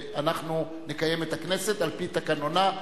ואנחנו נקיים את הכנסת על-פי תקנונה.